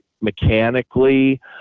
mechanically